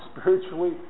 spiritually